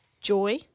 joy